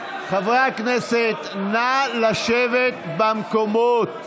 חברי הכנסת, נא לשבת במקומות.